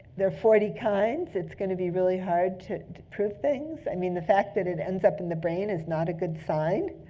there are forty kinds. it's going to be really hard to prove things. i mean the fact that it ends up in the brain is not a good sign.